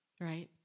right